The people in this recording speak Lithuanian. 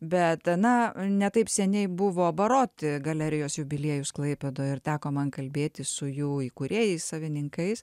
bet na ne taip seniai buvo baroti galerijos jubiliejus klaipėdoj ir teko man kalbėti su jų įkūrėjais savininkais